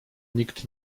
nikt